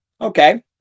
Okay